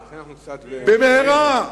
במהרה.